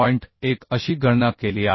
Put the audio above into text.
1 अशी गणना केली आहे